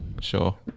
Sure